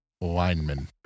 Lineman